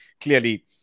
clearly